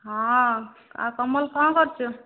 ହଁ ଆଉ କମଲ କ'ଣ କରୁଛୁ